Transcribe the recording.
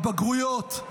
הבגרויות,